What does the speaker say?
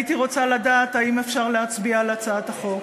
הייתי רוצה לדעת האם אפשר להצביע על הצעת החוק.